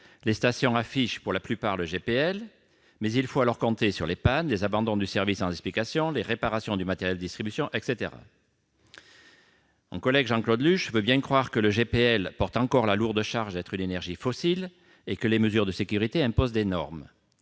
Les stations affichent pour la plupart le GPL, mais il faut alors compter sur les pannes, les abandons du service sans explication, les réparations du matériel de distribution ... Mon collègue Jean-Claude Luche veut bien croire que le GPL porte encore la lourde charge d'être une énergie fossile et que les mesures de sécurité imposent des normes.